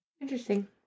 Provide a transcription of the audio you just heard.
Interesting